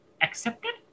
accepted